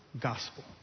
gospel